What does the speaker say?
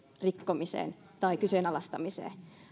rikkomiseen tai kyseenalaistamiseen